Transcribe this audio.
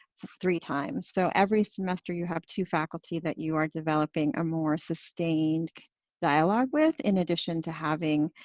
three times. so every semester, you have two faculty that you are developing a more sustained dialogue with in addition to having